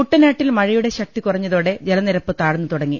കുട്ടനാട്ടിൽ മഴയുടെ ശക്തി കുറഞ്ഞതോടെ ജലനിരപ്പ് താഴ്ന്നു തുടങ്ങി